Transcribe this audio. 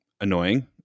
annoying